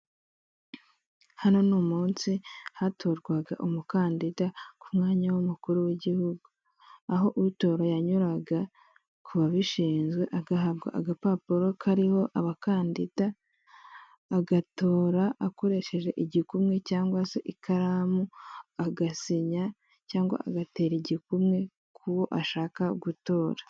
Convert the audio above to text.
Hano ni umunsi hatorwaga umukandida ku mwanya w'umukuru w'igihugu, aho utora yanyuraga kubabishinzwe agahabwa agapapuro kariho abakandida agatora akoresheje igikumwe cyangwa se ikaramu agasinya cyangwa agatera igikumwe k'uwo ashaka gutora.